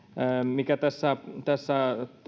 mikä tässä tässä